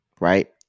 right